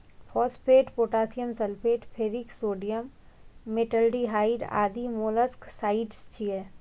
phosphate, potassium sulphate, ferric sodium, metaldehyde आदि molluscicides छियै